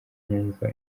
kwumva